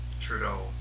Trudeau